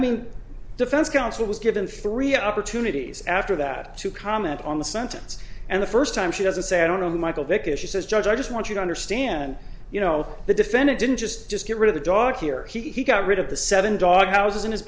mean defense counsel was given three opportunities after that to comment on the sentence and the first time she doesn't say i don't know who michael vick is she says judge i just want you to understand you know the defendant didn't just just get rid of the dog here he got rid of the seven dog houses in his